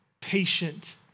patient